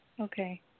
Okay